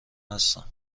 هستم